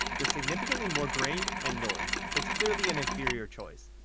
there's significantly more grain and noise. it's clearly an inferior choice.